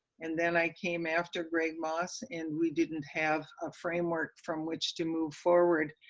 and then i came after greg moss, and we didn't have a framework from which to move forward,